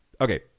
Okay